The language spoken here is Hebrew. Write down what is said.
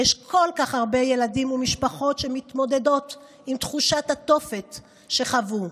יש כל כך הרבה ילדים ומשפחות שמתמודדות עם תחושת התופת שחוו.